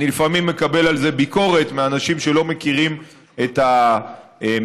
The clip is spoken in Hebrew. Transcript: אני לפעמים מקבל על זה ביקורת מאנשים שלא מכירים את המספרים,